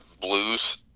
blues